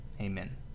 Amen